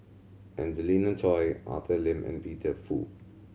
Angelina Choy Arthur Lim and Peter Fu